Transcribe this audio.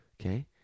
Okay